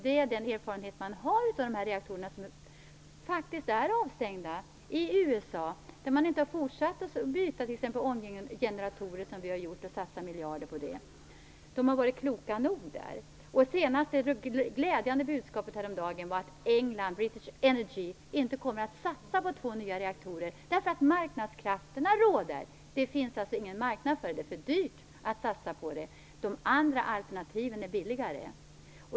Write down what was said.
Det är den erfarenhet man har av de reaktorer som är avstängda i USA, där man inte, som vi har gjort, har fortsatt att byta t.ex. ånggeneratorer och satsa miljarder på det. De har varit kloka nog där. Det senaste glädjande budskapet häromdagen var att man i England, British Energy, inte kommer att satsa på två nya reaktorer, eftersom marknadskrafterna råder. Det finns alltså ingen marknad för dem. Det är för dyrt att satsa på det. De andra alternativen är billigare.